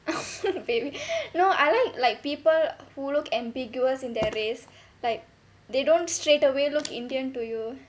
baby no I like like people who look ambiguous in their race like they don't straight away look indian to you